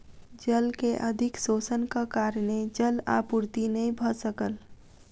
जल के अधिक शोषणक कारणेँ जल आपूर्ति नै भ सकल